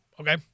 okay